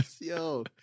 Yo